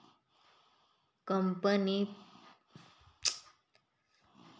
कापणी पूर्व काळामध्ये सिंचन वारंवारतेचा पिकाच्या उत्पादनामध्ये महत्त्वपूर्ण योगदान असते